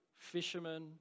fishermen